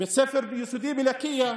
בית ספר יסודי בלקיה,